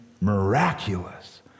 miraculous